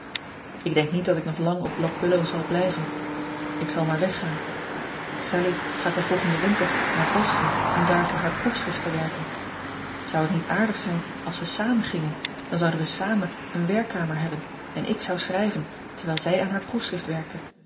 k denk niet dat ik nog lang op ock illow zal blijven k zal maar weggaan allie gaat den volgenden winter naar oston om daar voor haar proefschrift te werken ou het niet aardig zijn als we samen gingen dan zouden we samen een werkkamer hebben en ik zou schrijven terwijl zij aan haar proefschrift werkte